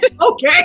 Okay